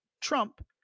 Trump